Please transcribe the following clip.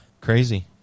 crazy